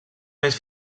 més